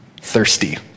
thirsty